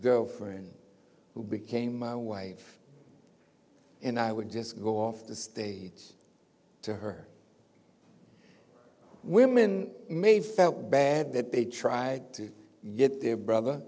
girlfriend who became my wife and i would just go off the stage to her women may felt bad that they tried to get their brother